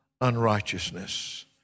unrighteousness